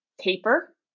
paper